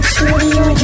Studio